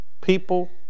People